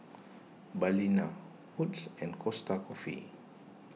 Balina Wood's and Costa Coffee